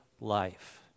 life